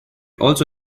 also